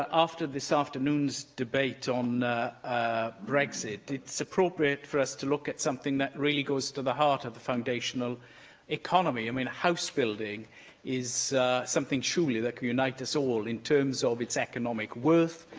after this afternoon's debate on brexit, it's appropriate for us to look at something that really goes to the heart of the foundational economy. i mean house building is something surely that can unite us all in terms of its economic worth,